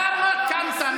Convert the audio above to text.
למה קמת?